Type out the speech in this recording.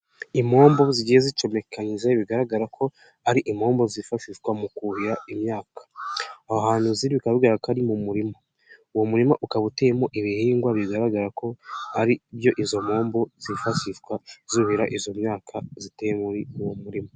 Impombo zigiye zicomekanyije bigaragara ko ari impombo zifashishwa mu kuhira imyaka, ahantu ziri bikaba bigaragara ko ari mu murima, uwo murima ukaba uteyemo ibihingwa bigaragara ko ari ibyo izo mpombo zifashishwa zuhira izo myaka ziteye muri uwo murima.